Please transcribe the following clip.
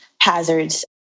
hazards